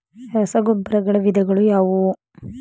ರಸಗೊಬ್ಬರಗಳ ವಿಧಗಳು ಯಾವುವು?